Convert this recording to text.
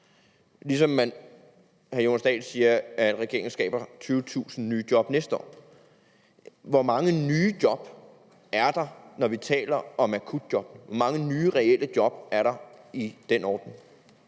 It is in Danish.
siger hr. Jonas Dahl, at regeringen skaber 20.000 nye job næste år. Hvor mange nye job er der, når vi taler om akutjob? Hvor mange nye reelle job er der i den ordning?